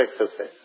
exercise